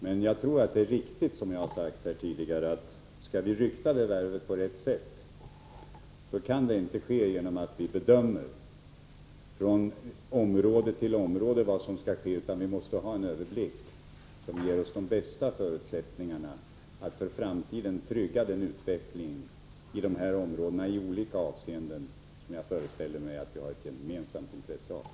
Men jag tror att det är riktigt, och jag har sagt det tidigare här, att skall vi rykta vårt värv på rätt sätt, kan det inte ske genom att vi gör en bedömning av ett område i taget. Vi måste ha en överblick. På det sättet skapar vi de bästa förutsättningarna när det gäller att för framtiden trygga utvecklingen i olika avseenden i de här områdena, något som jag — Nr 17 föreställer mig att vi har ett gemensamt intresse av.